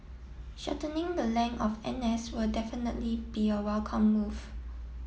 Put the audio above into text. shortening the length of N S will definitely be a welcome move